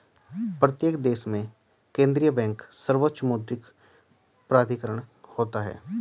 प्रत्येक देश में केंद्रीय बैंक सर्वोच्च मौद्रिक प्राधिकरण होता है